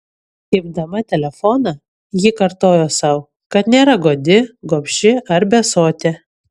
imdama telefoną ji kartojo sau kad nėra godi gobši ar besotė